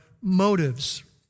motives